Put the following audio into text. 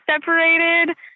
separated